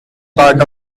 part